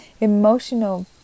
emotional